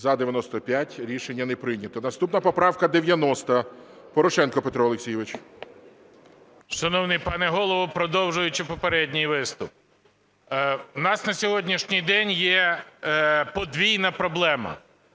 За-95 Рішення не прийнято. Наступна поправка 90. Порошенко Петро Олексійович. 13:16:39 ПОРОШЕНКО П.О. Шановний пане Голово, продовжуючи попередній виступ. У нас на сьогоднішній день є подвійна проблема.